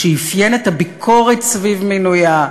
שאפיין את הביקורת סביב מינויה,